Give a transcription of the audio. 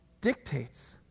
dictates